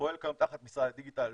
פועל כיום תחת משרד הדיגיטל הלאומי,